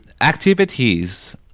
activities